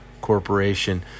Corporation